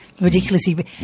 ridiculously